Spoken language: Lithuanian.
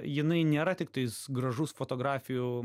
jinai nėra tiktais gražus fotografijų